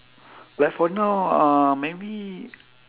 like for now uh maybe